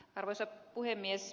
arvoisa puhemies